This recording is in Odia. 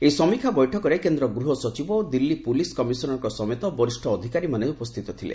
ଏହି ସମୀକ୍ଷା ବୈଠକରେ କେନ୍ଦ୍ର ଗୃହ ସଚିବ ଓ ଦିଲ୍ଲୀ ପୋଲିସ୍ କମିଶନରଙ୍କ ସମେତ ବରିଷ୍ଣ ଅଧିକାରୀମାନେ ଉପସ୍ଥିତ ଥିଲେ